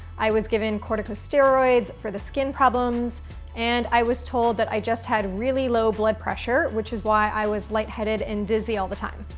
i was given corticosteroids for the skin problems and i was told that i just had really low blood pressure, which is why i was lightheaded and dizzy all the time.